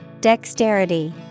Dexterity